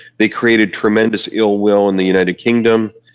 they created tremendous ill will in the united kingdom.